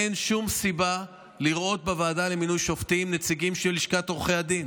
אין שום סיבה לראות בוועדה למינוי שופטים נציגים של לשכת עורכי הדין.